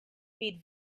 feed